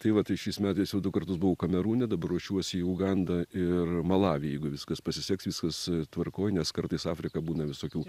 tai va tai šiais metais jau du kartus buvau kamerūne dabar ruošiuosi į ugandą ir malavį jeigu viskas pasiseks viskas tvarkoj nes kartais afrika būna visokių